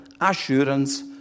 assurance